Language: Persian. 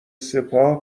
سپاه